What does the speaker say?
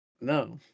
No